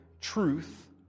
truth